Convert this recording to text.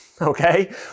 Okay